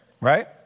right